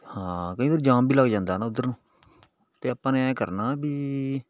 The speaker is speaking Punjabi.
ਹਾਂ ਕਈ ਵਾਰ ਜਾਮ ਵੀ ਲੱਗ ਜਾਂਦਾ ਉੱਧਰ ਨੂੰ ਅਤੇ ਆਪਾਂ ਨੇ ਐ ਕਰਨਾ ਵੀ